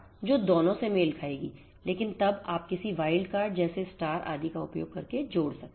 जो दोनों से मेल खाएगी लेकिन तब आप किसी वाइल्ड कार्ड जैसे आदि का उपयोग करके जोड़ सकते हैं